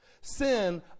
Sin